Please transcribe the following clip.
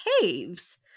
caves